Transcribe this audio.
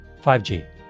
5G